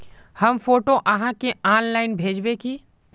हम फोटो आहाँ के ऑनलाइन भेजबे की?